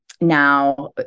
Now